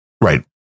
right